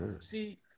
See